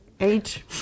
age